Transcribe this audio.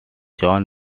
john